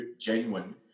genuine